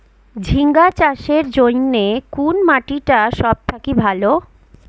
ঝিঙ্গা চাষের জইন্যে কুন মাটি টা সব থাকি ভালো?